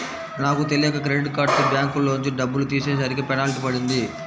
నాకు తెలియక క్రెడిట్ కార్డుతో బ్యాంకులోంచి డబ్బులు తీసేసరికి పెనాల్టీ పడింది